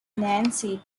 nancy